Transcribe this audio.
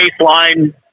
baseline